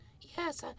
Yes